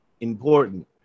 important